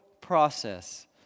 process